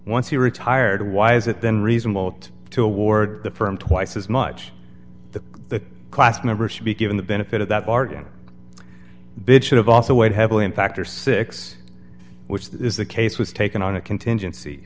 once he retired why is it then reasonable to award the firm twice as much to the class members should be given the benefit of that bargain bid should have also weighed heavily in factor six which is the case was taken on a contingency